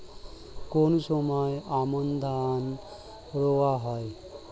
কোন সময় আমন ধান রোয়া হয়?